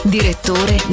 Direttore